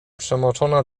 przemoczona